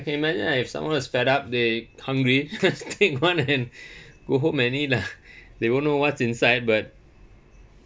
payment ya if someone is fed up they hungry take one and go home and eat lah they won't know what's inside but